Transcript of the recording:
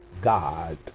God